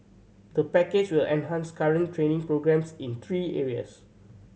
the package will enhance current training programmes in three areas